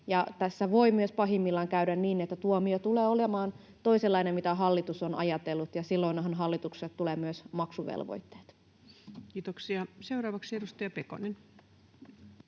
Tässä voi myös pahimmillaan käydä niin, että tuomio tulee olemaan toisenlainen kuin mitä hallitus on ajatellut, ja silloinhan hallitukselle tulee myös maksuvelvoitteet. [Speech 269] Speaker: Ensimmäinen